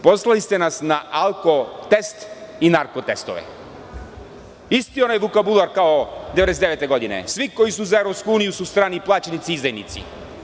Poslali ste nas na alko test i narko testove, isti onaj vokabular kao 1999. godine, svi koji su za EU su strani plaćenici i izdajnici.